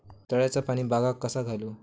तळ्याचा पाणी बागाक कसा घालू?